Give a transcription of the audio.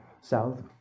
South